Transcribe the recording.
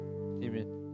amen